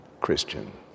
Christian